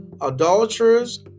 adulterers